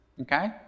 Okay